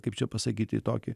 kaip čia pasakyti tokį